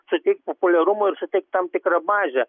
suteikt populiarumo ir suteikt tam tikrą bazę